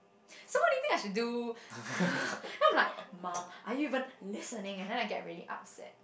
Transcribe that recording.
so what do you think I should do then I'm like mum are you even listening and then I get really upset